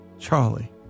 Charlie